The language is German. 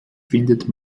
findet